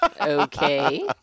Okay